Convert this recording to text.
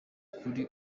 kuri